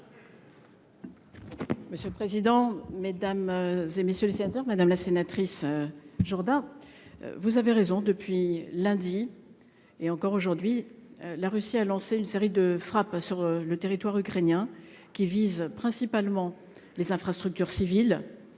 Monsieur le président, mesdames, messieurs les sénateurs, madame la sénatrice Muriel Jourda, vous avez raison, depuis lundi, la Russie a lancé une série de frappes sur le territoire ukrainien, qui visent principalement les infrastructures civiles